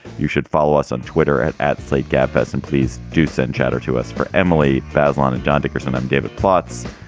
you should follow us on twitter at at slate gabfests. and please do send chatter to us for emily basilone and john dickerson and um david plotz.